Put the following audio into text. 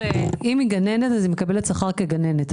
אם היא גננת, היא מקבלת שכר כגננת.